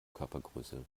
körpergröße